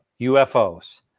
UFOs